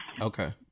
Okay